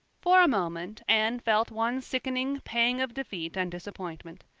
for a moment anne felt one sickening pang of defeat and disappointment.